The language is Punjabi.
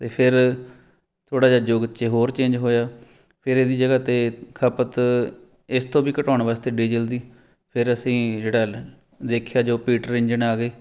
ਅਤੇ ਫਿਰ ਥੋੜ੍ਹਾ ਜਿਹਾ ਯੁੱਗ 'ਚ ਹੋਰ ਚੇਂਜ ਹੋਇਆ ਫਿਰ ਇਹਦੀ ਜਗ੍ਹਾ 'ਤੇ ਖਪਤ ਇਸ ਤੋਂ ਵੀ ਘਟਾਉਣ ਵਾਸਤੇ ਡੀਜ਼ਲ ਦੀ ਫਿਰ ਅਸੀਂ ਜਿਹੜਾ ਦੇਖਿਆ ਜੋ ਪੀਟਰ ਇੰਜਣ ਆ ਗਏ